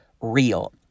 real